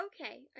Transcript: Okay